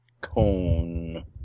cone